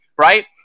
right